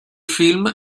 film